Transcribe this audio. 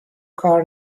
کار